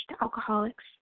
alcoholics